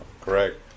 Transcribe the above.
correct